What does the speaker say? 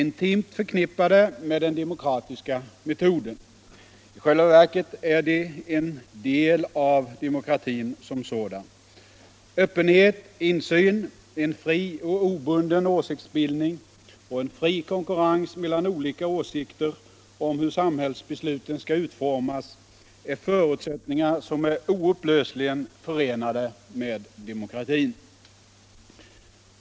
I själva verket är de en del av demokratin som sådan. Öppenhet, insyn, en fri och obunden åsiktsbildning och en fri konkurrens mellan olika åsikter om hur samhällsbesluten skall utformas är förutsättningar som är oupplösligen förenade med demokratin.